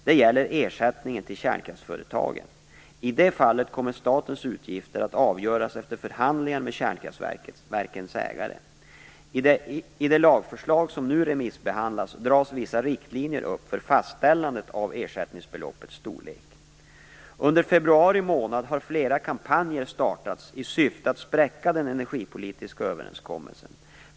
Det gäller ersättningen till kärnkraftsföretagen. I det fallet kommer statens utgifter att avgöras efter förhandlingar med kärnkraftverkens ägare. I det lagförslag som nu remissbehandlas dras vissa riktlinjer upp för fastställandet av ersättningsbeloppets storlek. Under februari månad har flera kampanjer startats i syfte att spräcka den energipolitiska överenskommelsen.